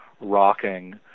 rocking